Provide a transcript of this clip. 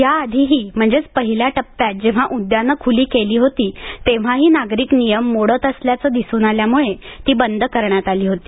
याधीही म्हणजेच पहिल्या टप्प्यात जेव्हा उद्यानं खुली केली होती तेव्हाही नागरिक नियम मोडत असल्याचं दिसून आल्यामुळे ती बंद करण्यात आली होती